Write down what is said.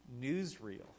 newsreel